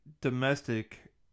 domestic